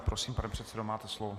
Prosím, pane předsedo, máte slovo.